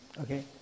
Okay